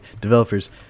Developers